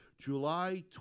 July